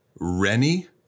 Rennie